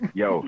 yo